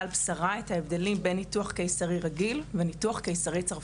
על בשרה את ההבדלים בין ניתוח קיסרי רגיל לניתוח קיסרי צרפתי.